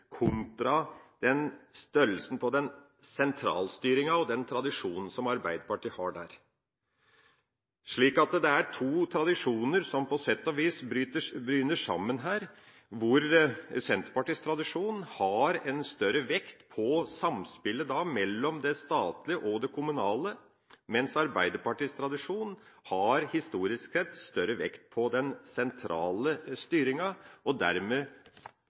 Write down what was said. kontra størrelsen på den sentralstyringa og den tradisjonen som Arbeiderpartiet har der. Så det er to tradisjoner som på sett og vis bryner sammen her, hvor Senterpartiets tradisjon har en større vekt på samspillet mellom det statlige og det kommunale, mens Arbeiderpartiets tradisjon historisk sett har større vekt på den sentrale styringa. Dermed